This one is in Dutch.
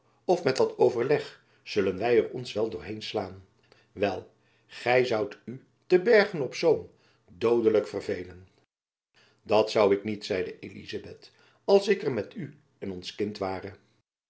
of met wat overleg zullen wy er ons wel door heen slaan wel gy zoudt u te bergen-op-zoom doodelijk verveelen dat zoû ik niet zeide elizabeth als ik er met u en ons kind ware